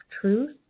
truth